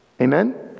amen